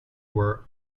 were